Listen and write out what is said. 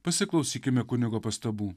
pasiklausykime kunigo pastabų